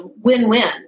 win-win